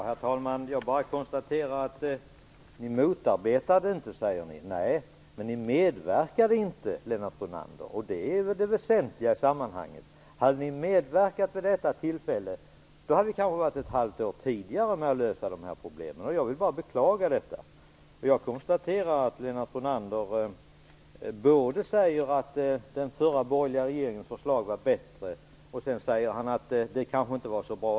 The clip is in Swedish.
Herr talman! Lennart Brunander säger att Centern inte motarbetade förslaget. Nej, men ni medverkade inte heller, Lennart Brunander, och det är det väsentliga i sammanhanget. Hade ni medverkat vid detta tillfälle hade de här problemen kanske kunnat lösas ett halvt år tidigare. Jag vill bara beklaga detta. Jag konstaterar att Lennart Brunander säger att den förra borgerliga regeringens förslag var bättre men att han sedan säger att alla förslag kanske inte var så bra.